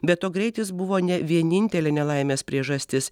be to greitis buvo ne vienintelė nelaimės priežastis